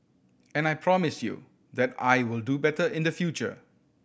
and I promise you that I will do better in the future